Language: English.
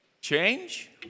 Change